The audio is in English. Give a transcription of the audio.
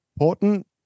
important